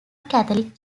catholic